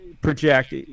project